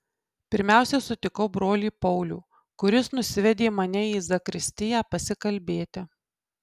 pirmiausia sutikau brolį paulių kuris nusivedė mane į zakristiją pasikalbėti